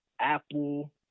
Apple